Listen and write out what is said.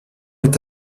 est